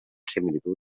similitud